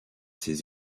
ses